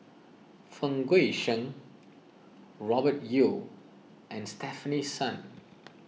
Fang Guixiang Robert Yeo and Stefanie Sun